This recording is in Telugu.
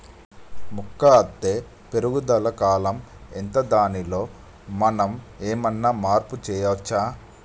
మొక్క అత్తే పెరుగుదల కాలం ఎంత దానిలో మనం ఏమన్నా మార్పు చేయచ్చా?